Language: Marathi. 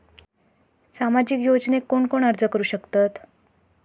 सामाजिक योजनेक कोण कोण अर्ज करू शकतत?